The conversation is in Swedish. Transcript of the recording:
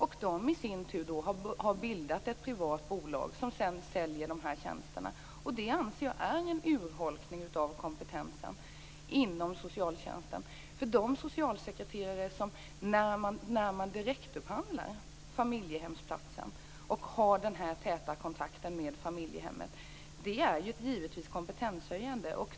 De har i sin tur bildat ett privat bolag som säljer de här tjänsterna. Det anser jag är en urholkning av kompetensen inom socialtjänsten. Det är givetvis kompetenshöjande för de socialsekreterare som har den här täta kontakten med familjehemmet när man direktupphandlar familjehemsplatsen.